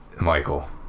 Michael